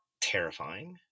terrifying